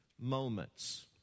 moments